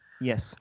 Yes